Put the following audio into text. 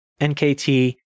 NKT